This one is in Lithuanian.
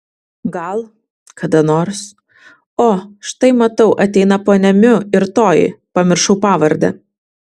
gal kada nors o štai matau ateina ponia miu ir toji pamiršau pavardę